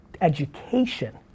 education